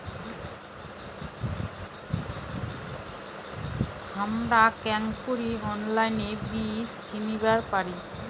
হামরা কেঙকরি অনলাইনে বীজ কিনিবার পারি?